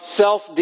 self